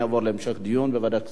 תעבור להמשך דיון בוועדת כספים.